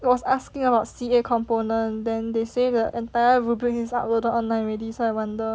it was asking about C_A component then they say the entire rubrics is uploaded online already so I wonder